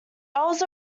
elves